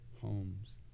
homes